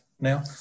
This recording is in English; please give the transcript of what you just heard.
now